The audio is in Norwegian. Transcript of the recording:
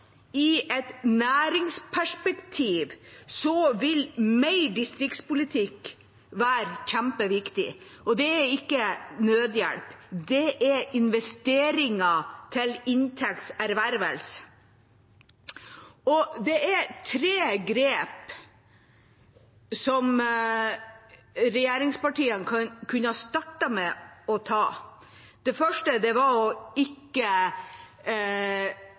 I et næringsperspektiv vil mer distriktspolitikk være kjempeviktig. Det er ikke nødhjelp, det er investeringer til inntekts ervervelse. Det er tre grep regjeringspartiene kunne startet med å ta. Det første var å ikke svekke rammeoverføringene så veldig til distriktene og